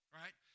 right